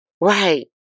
Right